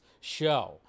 show